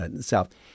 South